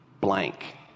blank